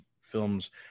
films